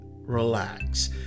Relax